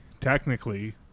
Technically